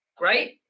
right